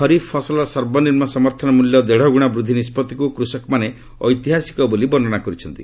ଖରିଫ୍ ଫସଲର ସର୍ବନିମ୍ବ ସମର୍ଥନ ମୂଲ୍ୟ ଦେଢ଼ ଗୁଣା ବୃଦ୍ଧି ନିଷ୍କଭିକ୍ କୃଷକମାନେ ଐତିହାସିକ ବୋଲି ବର୍ଷନା କରିଛନ୍ତି